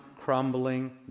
crumbling